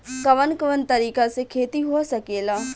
कवन कवन तरीका से खेती हो सकेला